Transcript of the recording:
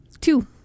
Two